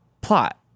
plot